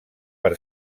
per